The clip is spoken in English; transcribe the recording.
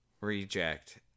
Reject